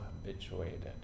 habituated